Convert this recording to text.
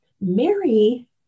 Mary